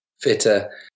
fitter